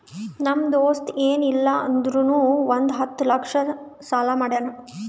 ನಮ್ ದೋಸ್ತ ಎನ್ ಇಲ್ಲ ಅಂದುರ್ನು ಒಂದ್ ಹತ್ತ ಲಕ್ಷ ಸಾಲಾ ಮಾಡ್ಯಾನ್